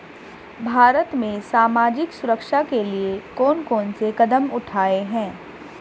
भारत में सामाजिक सुरक्षा के लिए कौन कौन से कदम उठाये हैं?